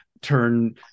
turn